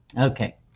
Okay